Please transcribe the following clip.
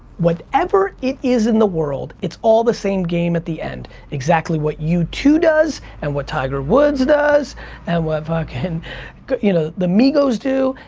whatever it is in the world, it's all the same game at the end, exactly what u two does and what tiger woods does and what fucking and you know the migos do,